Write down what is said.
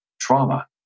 trauma